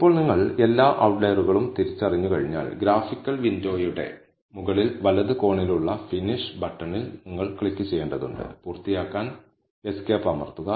ഇപ്പോൾ നിങ്ങൾ എല്ലാ ഔട്ട്ലയറുകളും തിരിച്ചറിഞ്ഞുകഴിഞ്ഞാൽ ഗ്രാഫിക്കൽ വിൻഡോയുടെ മുകളിൽ വലത് കോണിലുള്ള ഫിനിഷ് ബട്ടണിൽ നിങ്ങൾ ക്ലിക്കുചെയ്യേണ്ടതുണ്ട് പൂർത്തിയാക്കാൻ എസ്കേപ്പ് അമർത്തുക